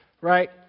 Right